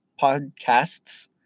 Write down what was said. podcasts